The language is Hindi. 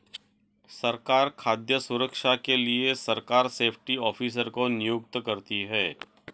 सरकार खाद्य सुरक्षा के लिए सरकार सेफ्टी ऑफिसर को नियुक्त करती है